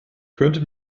könnte